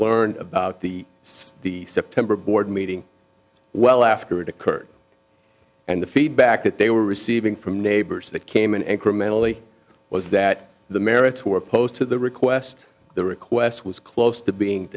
learned about the the september board meeting well after it occurred and the feedback that they were receiving from neighbors that came in and criminally was that the merits were opposed to the request the request was close to being